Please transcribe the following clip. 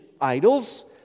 idols